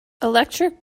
electric